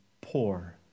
poor